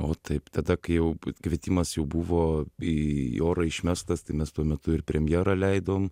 o taip tada kai jau būt kvietimas jau buvo į orą išmestas tai mes tuo metu ir premjerą leidom